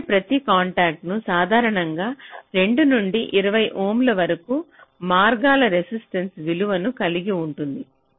అలాంటి ప్రతి కాంటాక్ట్ కు సాధారణంగా 2 నుండి 20 ఓంల వరకు మారగల రెసిస్టెన్స్ విలువను కలిగి ఉంటుంది